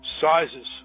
Sizes